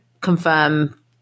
confirm